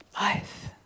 life